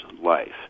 life